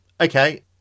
Okay